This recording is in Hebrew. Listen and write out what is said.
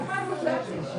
כנראה שונה לחלוטין